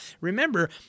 remember